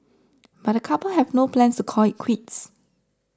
but the couple have no plans to call it quits